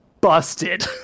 busted